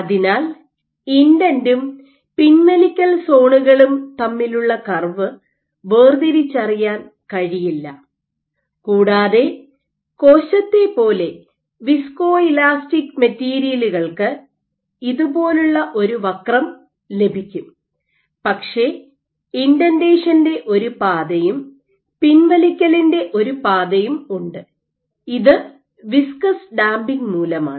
അതിനാൽ ഇൻഡെന്റും പിൻവലിക്കൽ സോണുകളും തമ്മിലുള്ള കർവ് വേർതിരിച്ചറിയാൻ കഴിയില്ല കൂടാതെ കോശത്തെ പോലെ വിസ്കോഇലാസ്റ്റിക് മെറ്റീരിയലുകൾക്ക് ഇതുപോലുള്ള ഒരു വക്രം ലഭിക്കും പക്ഷേ ഇൻഡന്റേഷന്റെ ഒരു പാതയും പിൻവലിക്കലിന്റെ ഒരു പാതയും ഉണ്ട് ഇത് വിസ്കസ് ഡാമ്പിംഗ് മൂലമാണ്